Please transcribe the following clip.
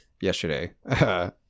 yesterday